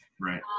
right